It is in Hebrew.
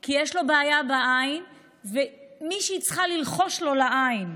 כי יש לו בעיה בעין ומישהי צריכה ללחוש לו לעין: